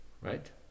right